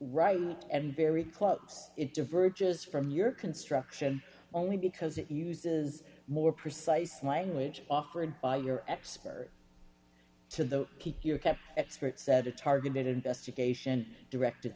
right and very close it diverge just from your construction only because it uses more precise language offered by your expert to keep your cat experts at a targeted investigation directed